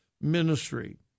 ministry